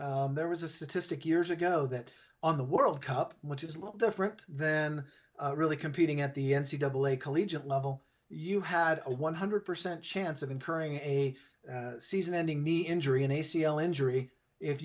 there was a statistic years ago that on the world cup which is a little different then really competing at the n c double a collegiate level you had a one hundred percent chance of incurring a season ending knee injury an a c l injury if